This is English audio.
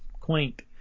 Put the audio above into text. quaint